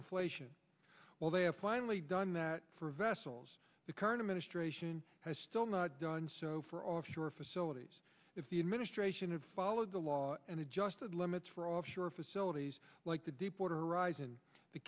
inflation well they have finally done that for vessels the current administration has still not done so for offshore facilities if the administration have followed the law and adjusted limits for offshore facilities like the deepwater